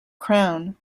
crown